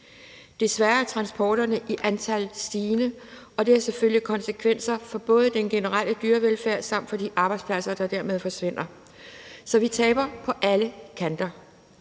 Desværre er transporterne stigende i antal, og det har selvfølgelig konsekvenser for både den generelle dyrevelfærd samt for de arbejdspladser, der dermed forsvinder. Så vi taber på alle kanter.